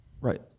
Right